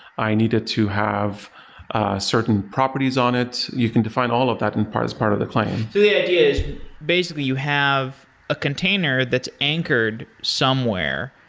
i needed to have certain properties on it. you can define all of that in part as part of the claim the idea is basically, you have a container that's anchored somewhere.